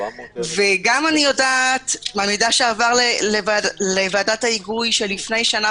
אני גם יודעת מהמידע שעבר לוועדת ההיגוי שלפני שנה